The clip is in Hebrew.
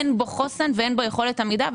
אין בו חוסן ואין לו יכולת עמידה,